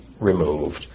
removed